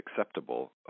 acceptable